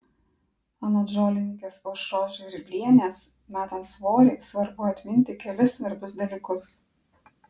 anot žolininkės aušros žvirblienės metant svorį svarbu atminti kelis svarbius dalykus